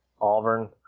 Auburn